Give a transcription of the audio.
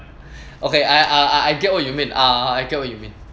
okay I I get what you mean uh I get what you mean